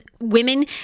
Women